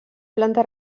planta